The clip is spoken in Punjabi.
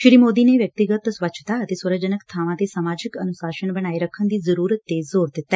ਸ੍ਰੀ ਮੋਦੀ ਨੇ ਵਿਅਕਤੀਗਤ ਸਵੱਛਤਾ ਅਤੇ ਸਵਰਜਨਕ ਬਾਵਾਂ ਤੇ ਸਮਾਜਿਕ ਅਨੁਸਾਸਨ ਬਣਾਏ ਰੱਖਣ ਦੀ ਜ਼ਰੁਰਤ ਤੇ ਜ਼ੋਰ ਦਿੱਤਾ